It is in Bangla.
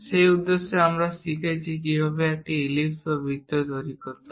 সেই উদ্দেশ্যে আমরা শিখছি কিভাবে একটি ইলিপ্স বা বৃত্ত তৈরি করতে হয়